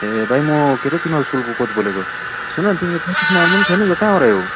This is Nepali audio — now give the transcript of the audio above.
ए भाइ म के हरे तिमीहरूको स्कुलको कोच बोलेको सुन न तिमी त प्र्याक्टिसमा आउनु छैन त कहाँ हरायौ